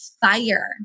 fire